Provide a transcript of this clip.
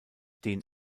den